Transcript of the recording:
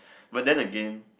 but then again